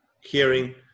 hearing